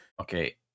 Okay